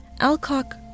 Alcock